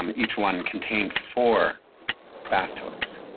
um each one contained for bath toys